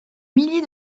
milliers